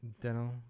dental